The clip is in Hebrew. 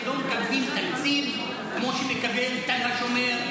בתי החולים בנצרת לא מקבלים תמריצים כמו שמקבלים תל השומר,